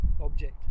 object